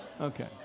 Okay